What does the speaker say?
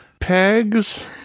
pegs